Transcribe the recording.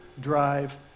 drive